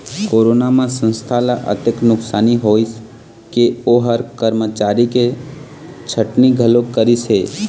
corona म संस्था ल अतेक नुकसानी होइस के ओ ह करमचारी के छटनी घलोक करिस हे